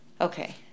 Okay